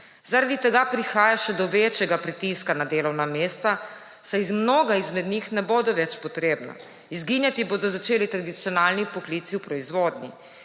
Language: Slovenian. zaradi tega prihaja še do večjega pritiska na delovna mesta, saj mnoga izmed njih ne bodo več potrebna. Izginjati bodo začeli tradicionalni poklici v proizvodnji